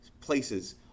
places